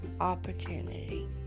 opportunity